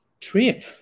trip